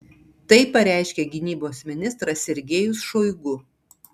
tai pareiškė gynybos ministras sergejus šoigu